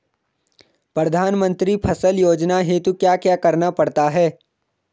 प्रधानमंत्री फसल योजना हेतु क्या क्या करना पड़ता है?